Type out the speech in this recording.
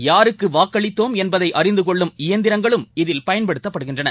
யாருக்கு வாக்களித்தோம் என்பதை அறிந்து கொள்ளும் இயந்திரங்களும் இதில் பயன்படுத்தப்படுகின்றன